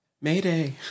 Mayday